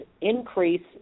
increase